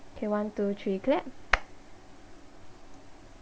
okay one two three clap